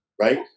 right